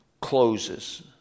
closes